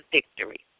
victory